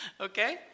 Okay